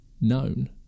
known